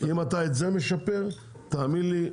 אם אתה את זה משפר תאמין לי,